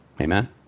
Amen